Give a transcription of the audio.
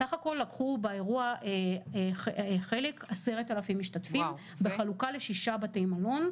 סך הכול לקחו חלק באירוע 10,000 משתתפים בחלוקה לשישה בתי מלון,